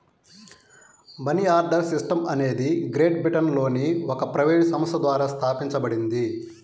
money order system అనేది great బ్రిటన్లోని ఒక ప్రైవేట్ సంస్థ ద్వారా స్థాపించబడింది